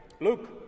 Luke